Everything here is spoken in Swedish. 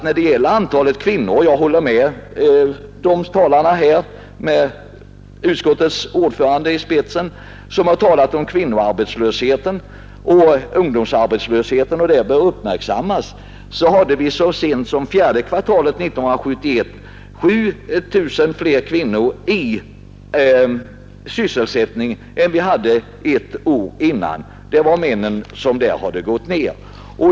När det gäller antalet kvinnor — jag håller med de föregående talarna med utskottets ordförande i spetsen, som har talat om kvinnoarbetslösheten och ungdomsarbetslösheten, att dessa frågor bör uppmärksammas — hade vi faktiskt så sent som under fjärde kvartalet 1971 7 000 fler kvinnor i sysselsättning än ett år tidigare. Det var antalet män som hade sjunkit.